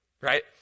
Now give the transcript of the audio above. right